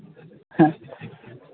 ᱦᱮᱸ